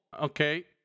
Okay